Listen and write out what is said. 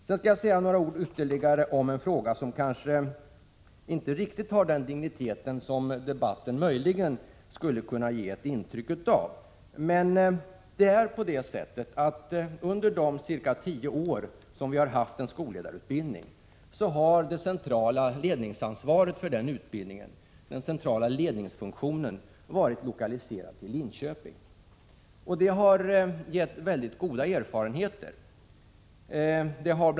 Sedan skall jag säga några ord ytterligare om en fråga som kanske inte riktigt har den dignitet som debatten möjligen skulle kunna ge intryck av. Under de ca 10 år som vi haft skolledarutbildning har det centrala ledningsansvaret för utbildningen, den centrala ledningsfunktionen, varit lokaliserat till Linköping. Det har gett mycket goda erfarenheter.